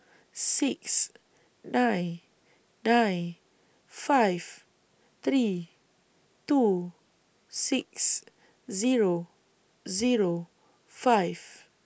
six nine nine five three two six Zero Zero five